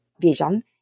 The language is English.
vision